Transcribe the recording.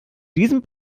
diesem